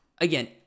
again